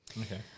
Okay